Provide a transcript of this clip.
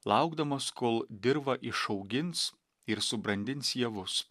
laukdamas kol dirva išaugins ir subrandins javus